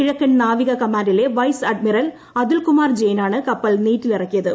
കിഴക്കൻ ന്ാവിക കമാൻഡിലെ വൈസ് അഡ്മിറൽ അതുൽകുമാർ ജയിനാണ് കപ്പൽ നീറ്റിലിറക്കിയത്